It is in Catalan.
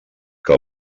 que